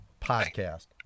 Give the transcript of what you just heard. podcast